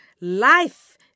Life